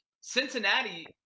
Cincinnati